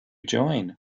join